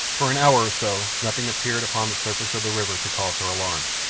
for an hour or so nothing appeared upon the surface of the river to cause her alarm,